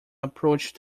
approach